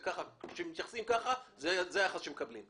כשמתייחסים כך, זה היחס שמקבלים.